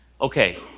Okay